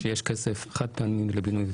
שיש כסף חד פעמי לבינוי ותשתיות.